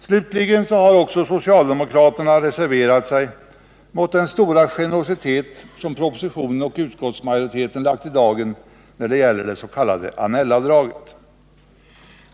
Slutligen har socialdemokraterna också reserverat sig mot den stora generositet som propositionen och utskottsmajoriteten lagt i dagen när det gäller det s.k. Annell-avdraget.